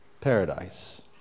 paradise